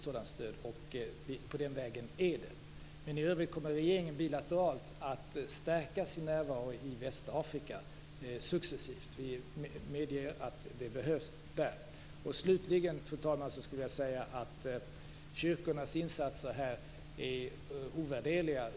På den vägen är det. I övrigt kommer regeringen bilateralt att stärka sin närvaro i Västafrika successivt. Vi medger att det behövs. Slutligen, fru talman, skulle jag vilja säga att kyrkornas insatser här är ovärderliga.